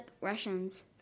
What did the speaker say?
Russians